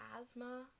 asthma